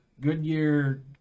Goodyear